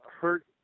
hurt